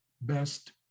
best